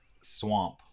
Swamp